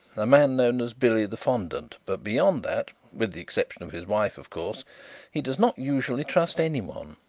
a man known as billy the fondant but beyond that with the exception of his wife, of course he does not usually trust anyone.